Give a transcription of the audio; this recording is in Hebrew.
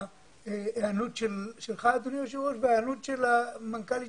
להיענות שלך אדוני היושב ראש וההיענות של מנכ"לית